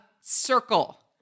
circle